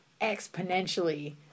exponentially